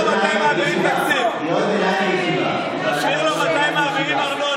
תראה, הם לא מסוגלים להקשיב, אתה מבין?